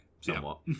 somewhat